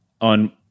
on